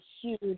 huge